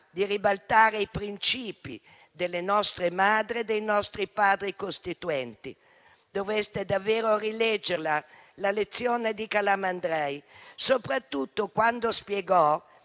di ribaltare i principi delle nostre Madri e dei nostri Padri costituenti. Dovreste davvero rileggerla la lezione di Calamandrei, soprattutto quando spiegò